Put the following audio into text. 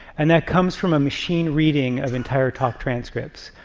and that comes from a machine reading of entire talk transcripts,